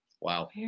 wow